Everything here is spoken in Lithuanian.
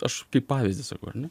aš kaip pavyzdį sakau ar ne